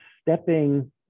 stepping